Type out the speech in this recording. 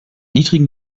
niedrigen